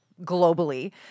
globally